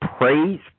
Praise